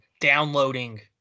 downloading